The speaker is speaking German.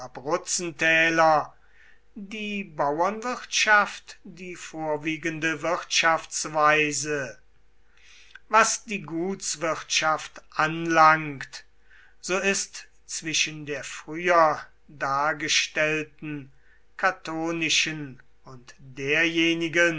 abruzzentäler die bauernwirtschaft die vorwiegende wirtschaftsweise was die gutswirtschaft anlangt so ist zwischen der früher dargestellten catonischen und derjenigen